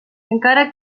encara